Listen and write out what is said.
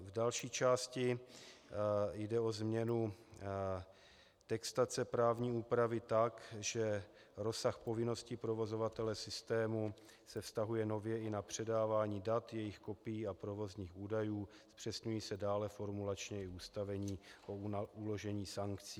V další části jde o změnu textace právní úpravy tak, že rozsah povinností provozovatele systému se vztahuje nově i na předávání dat, jejich kopií a provozních údajů, zpřesňují se dále formulačně i ustanovení o uložení sankcí.